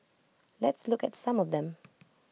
let's look at some of them